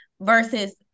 Versus